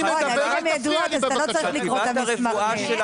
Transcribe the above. אני מדבר אל תפריע לי בבקשה.